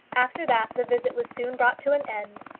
after that, the visit was soon brought to an end,